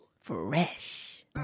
Fresh